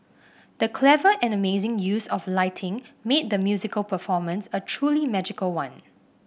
the clever and amazing use of lighting made the musical performance a truly magical one